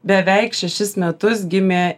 beveik šešis metus gimė